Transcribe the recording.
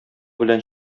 белән